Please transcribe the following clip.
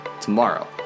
tomorrow